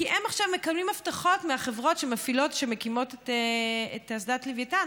כי הם עכשיו מקבלים הבטחות מהחברות שמקימות את אסדת לווייתן,